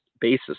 basis